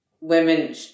women